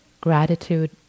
gratitude